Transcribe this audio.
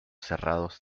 cerrados